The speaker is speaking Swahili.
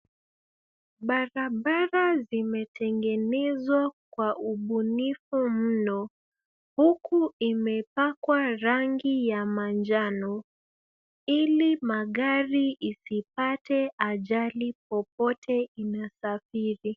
Barabara zimetengenezwa kwa ubunifu mno, huku imepakwa rangi ya manjano, ili magari isipate ajali popote inasafiri.